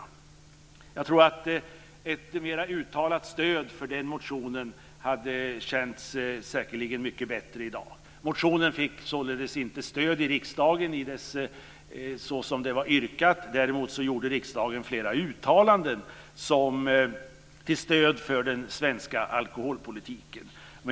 Jag tror att ett mer uttalat stöd för den motionen säkerligen hade känts mycket bättre i dag. Motionen fick således inte stöd i riksdagen. Däremot gjorde riksdagen flera uttalanden till stöd för den svenska alkoholpolitiken.